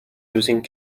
using